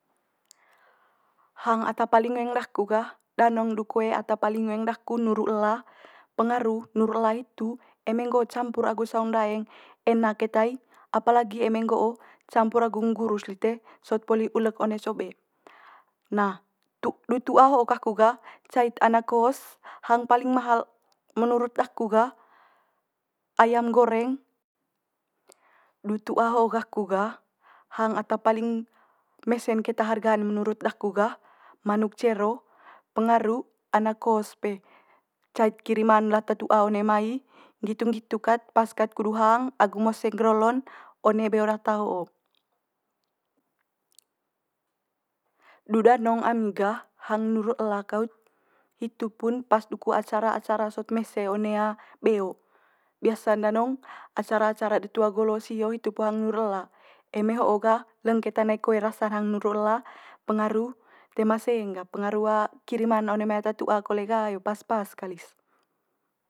hang ata paling ngoeng daku gah danong du koe ata paling ngoeng daku nuru ela pengaru nuru ela hitu eme nggo campur agu saung ndaeng enak keta i apalagi eme nggo'o campur agu nggurus lite sot poli ulek one cobe. Nah, tu- du tu'a ho'o kaku gah cait anak kos hang palinng mahal menurut daku gah ayam goreng du tu'a ho gaku gah hang ata paling mese'n keta harga'n menurut daku gah manuk cero pengaru anak kos pe, cait kiriman lata tu'a one mai nggitu nggitu kat pas kat kudu hang agu mose ngger olo'n one beo data ho'o. Du danong ami gah hang nuru ela kaut hitu pun pas duku acara acara sot mese one beo. Biasa'n danong acara acara de tu'a golo sio hitu po hang nuru ela, eme ho'o gah leng keta nai koe rasa hang nuru ela pengaru toe manga seng gah, pengaru kiriman one mai ata tu'a kole ga yo pas pas kali's.